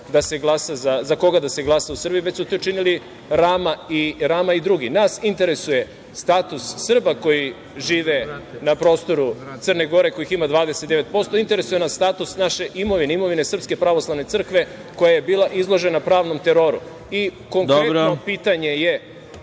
da za koga da se glasa u Srbiji, već su to činili Rama i drugi. Nas interesuje status Srba koji žive na prostoru Crne Gore, kojih ima 29%. Interesuje nas status naše imovine, imovine SPS, koja je bila izložena pravnom teroru. Konkretno pitanje je